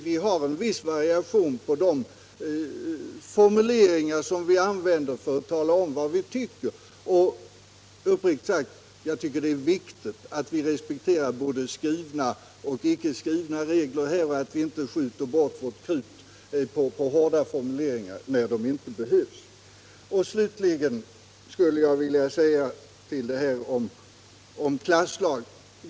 Det finns en viss variation i de formuleringar som vi använder för att tala om vad vi tycker. Det är enligt min mening viktigt att vi respekterar både skrivna och icke skrivna regler i det avseendet och icke skjuter bort vårt krut på hårda formuleringar när de inte behövs. Slutligen skulle jag vilja säga några ord om påståendet att LTO är en klasslag.